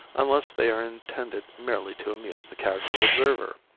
unless they are intended merely to amuse the casual observer.